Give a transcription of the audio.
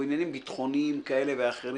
עניינים ביטחוניים כאלה ואחרים.